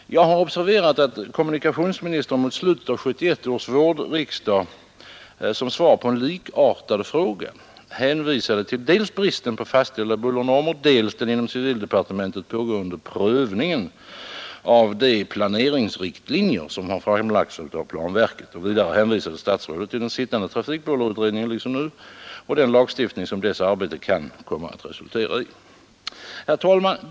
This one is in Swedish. Jag har observerat att kommunikationsministern mot slutet av 1971 års vårriksdag som svar på en likartad fråga hänvisade dels till bristen på fastställda bullernormer, dels till den inom civildepartementet pågående prövningen av de planeringsriktlinjer som har framlagts av planverket. Vidare hänvisade statsrådet liksom nu till den sittande trafikbullerutredningen och till de förslag som dess arbete kan komma att resultera i. Herr talman!